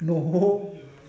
no